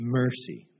mercy